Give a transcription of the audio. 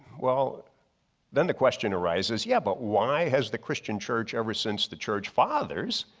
well then the question arises. yeah but why has the christian church ever since the church fathers,